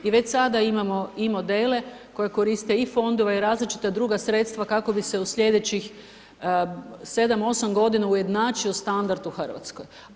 I već sada imamo i modele koje koriste i fondove i različita druga sredstva kako bi se u sljedećih 7, 8 godina ujednačio standard u Hrvatskoj.